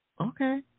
Okay